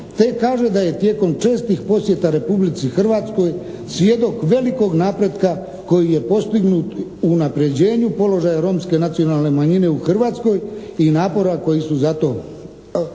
te kaže da je tijekom čestih posjeta Republici Hrvatskoj svjedok velikog napretka koji je postignut u unapređenju položaja romske nacionalne manjine u Hrvatskoj i napora koji su za to poduzeti.